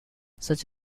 such